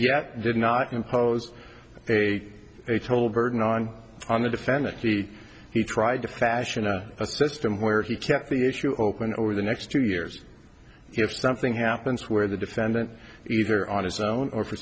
yet did not impose a a total burden on on the defendant he he tried to fashion a system where he kept the issue open over the next two years if something happens where the defendant either on his own or for